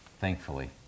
thankfully